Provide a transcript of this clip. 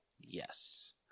Yes